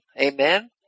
Amen